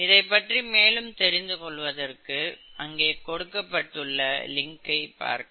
இதைப் பற்றி மேலும் தெரிந்து கொள்வதற்கு அங்கே கொடுக்கப்பட்டுள்ள லின்கை பார்க்கவும்